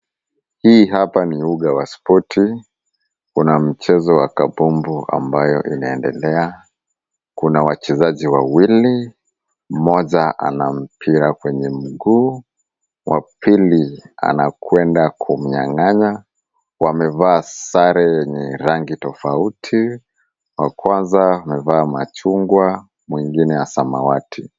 Hii hapa ni uga wa spoti. Kuna mchezo wa kambumbu ambayo inaendelea. Kuna wachezaji wawili, mmoja ana mpira kwenye mguu. Wa pili ana kwenda kumnyanganya . Wamevaa sare yenye rangi tofauti, wa kwanza amevaa ya machungwa mwingine ya samawati.